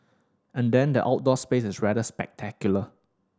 and then the outdoor space is rather spectacular